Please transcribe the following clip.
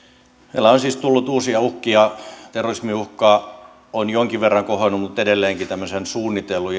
meille on siis tullut uusia uhkia terrorismiuhka on jonkin verran kohonnut mutta edelleenkin tämmöisen suunnitellun